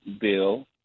bill